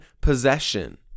possession